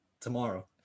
tomorrow